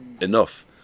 Enough